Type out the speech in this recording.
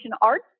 art